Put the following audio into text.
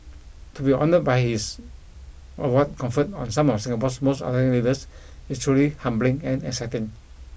to be honoured by his award conferred on some of Singapore's most outstanding leaders is truly humbling and exciting